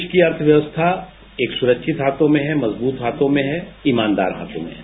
देश की अर्थव्यवस्था एक सुरक्षित हाथों में है मज़बूत हाथों में है ईमानदार हाथों में है